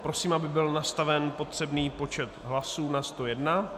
Prosím, aby byl nastaven potřebný počet hlasů na 101.